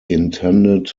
intended